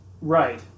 Right